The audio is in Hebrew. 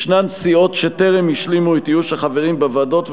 יש סיעות שטרם השלימו את איוש החברים בוועדות,